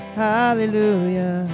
hallelujah